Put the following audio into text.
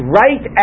right